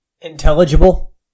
Intelligible